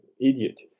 idiot